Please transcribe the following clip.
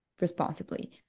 responsibly